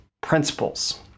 Principles